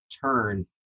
turn